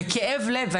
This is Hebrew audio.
בכאב לב,